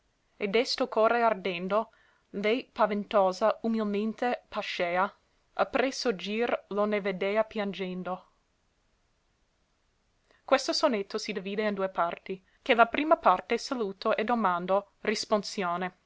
d'esto core ardendo lei paventosa umilmente pascea appresso gir lo ne vedea piangendo questo sonetto si divide in due parti che la prima parte saluto e domando